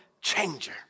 changer